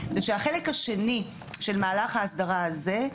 שהחלק השני של מהלך ההסדרה הזה,